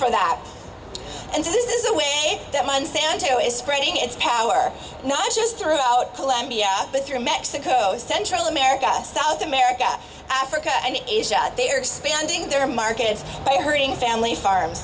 for that and this is a way that monsanto is spreading its power not just throughout colombia but through mexico central america south america africa and asia they are expanding their markets they are hurting family farm